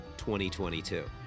2022